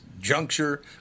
juncture